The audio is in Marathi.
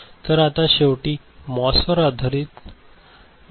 तर आता शेवटी मॉस वर आधारित बघूया